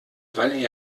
weil